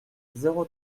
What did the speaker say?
zéro